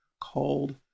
called